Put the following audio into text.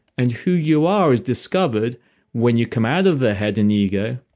and who you are is discovered when you come out of the head and ego,